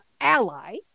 ally